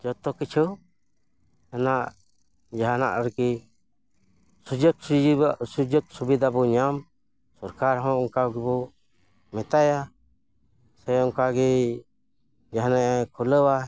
ᱡᱚᱛᱚ ᱠᱤᱪᱷᱩ ᱚᱱᱟ ᱡᱟᱦᱟᱱᱟᱜ ᱟᱨᱠᱤ ᱥᱩᱡᱳᱜᱽ ᱥᱩᱡᱤᱵᱟ ᱥᱩᱡᱳᱜᱽ ᱥᱩᱵᱤᱫᱟ ᱵᱚᱱ ᱧᱟᱢ ᱥᱚᱨᱠᱟᱨ ᱦᱚᱸ ᱚᱝᱠᱟᱜᱮᱵᱚ ᱢᱮᱛᱟᱭᱟ ᱥᱮ ᱚᱝᱠᱟᱜᱮᱭ ᱡᱟᱦᱟᱱᱟᱜᱼᱮ ᱠᱩᱞᱟᱹᱣᱟ